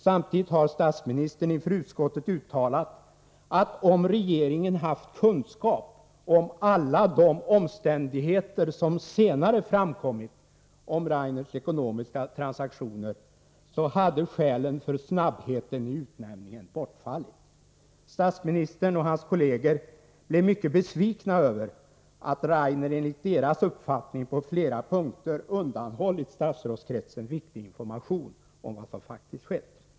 Samtidigt har statsministern inför utskottet uttalat att om regeringen haft kunskap om alla de omständigheter som senare framkommit om Rainers ekonomiska transaktioner hade skälen för snabbheten i utnämningen bortfallit. Statsministern och hans kolleger blev mycket besvikna över att Rainer enligt deras uppfattning på flera punkter undanhållit statsrådskretsen viktig information om vad som faktiskt skett.